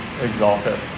exalted